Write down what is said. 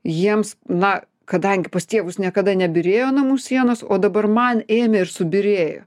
jiems na kadangi pas tėvus niekada nebyrėjo namų sienos o dabar man ėmė ir subyrėjo